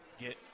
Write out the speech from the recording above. get